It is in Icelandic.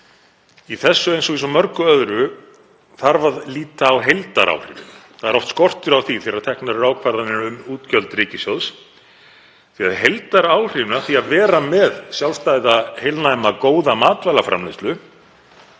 Í þessu, eins og svo mörgu öðru, þarf að líta á heildaráhrifin. Það er oft skortur á því þegar teknar eru ákvarðanir um útgjöld ríkissjóðs því að heildaráhrifin af því að vera með sjálfstæða, heilnæma, góða matvælaframleiðslu,